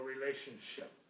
relationship